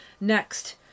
Next